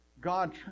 God